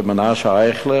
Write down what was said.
הרב מנשה אייכלר,